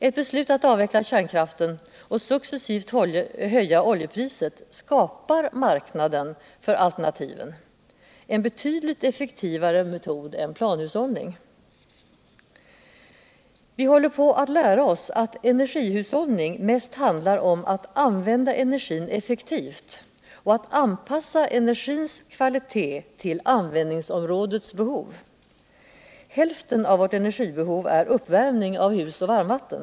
Ett beslut att avveckla kärnkraften och successivt höja oljepriset skapar marknaden för alternativen — en betydligt effektivare metod än planhushällning. Vi håller på att lära oss att energihushällning mest handlar om att använda energin effektivt och att anpassa energins kvalitet till användningsområdets behov. Hilften av vårt energibehov är uppvärmning av hus och varmvatten.